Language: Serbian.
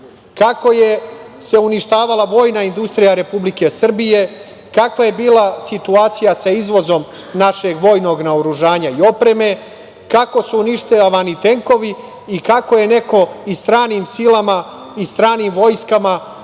kako se uništavala vojna industrija Republike Srbije, kakva je bila situacija sa izvozom našeg vojnog naoružanja i opreme, kako su uništavani tenkovi i kako je neko i stranim silama i stranim vojskama